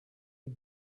had